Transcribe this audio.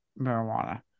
marijuana